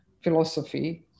philosophy